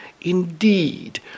indeed